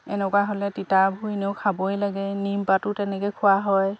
এনেকুৱা হ'লে তিতাবোৰ এনেও খাবই লাগে নিম পাতো তেনেকৈ খোৱা হয়